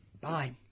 Bye